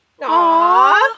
Aww